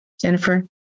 Jennifer